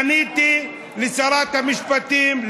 פניתי לשרת המשפטים,